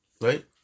right